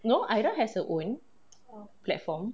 no aira has her own platform